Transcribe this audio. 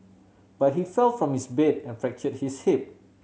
but he fell from his bed and fractured his hip